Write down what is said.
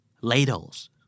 Ladles